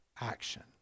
action